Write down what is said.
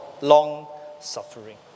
long-suffering